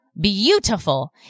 Beautiful